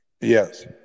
Yes